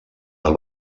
del